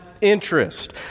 interest